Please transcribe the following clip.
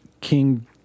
King